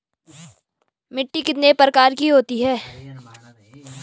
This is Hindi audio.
मिट्टी कितने प्रकार की होती है?